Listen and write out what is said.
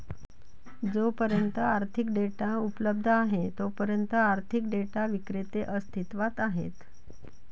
जोपर्यंत आर्थिक डेटा उपलब्ध आहे तोपर्यंत आर्थिक डेटा विक्रेते अस्तित्वात आहेत